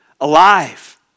Alive